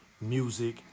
music